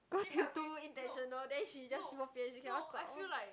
cause you too intentional then she just bo bian she cannot zao